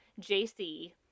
JC